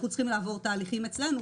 אנחנו צריכים לעבור תהליכים אצלנו.